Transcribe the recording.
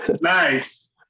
Nice